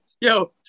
Yo